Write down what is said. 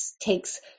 takes